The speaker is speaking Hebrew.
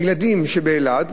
שהילדים באלעד